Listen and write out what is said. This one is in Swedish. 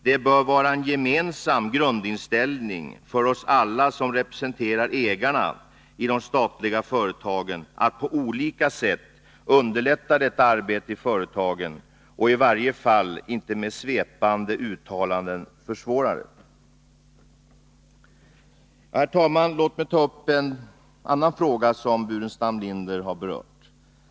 Det bör vara en gemensam grundinställning för oss alla som representerar ägarna i de statliga företagen att på olika sätt underlätta detta arbete i företagen och i varje fall inte med svepande uttalanden försvåra det. Herr talman! Låt mig ta upp en annan fråga som herr Burenstam Linder har berört.